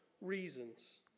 reasons